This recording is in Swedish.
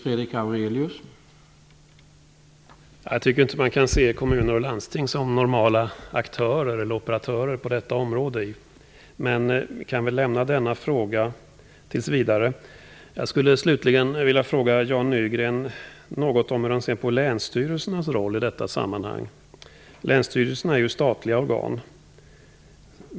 Herr talman! Jag tycker inte att man kan se kommuner och landsting som normala aktörer eller operatörer på detta område. Vi kan väl lämna den frågan tills vidare. Jag skulle slutligen vilja fråga Jan Nygren om hur han ser på länsstyrelsernas roll i detta sammanhang. Länsstyrelserna är ju statliga organ.